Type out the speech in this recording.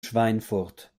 schweinfurt